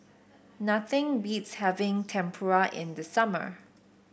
nothing beats having Tempura in the summer